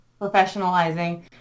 professionalizing